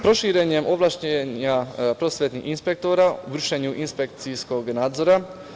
Proširena su ovlašćenja prosvetnih inspektora u vršenju inspekcijskog nadzora.